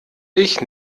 ich